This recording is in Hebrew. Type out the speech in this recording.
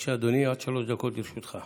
בבקשה, אדוני, עד שלוש דקות לרשותך.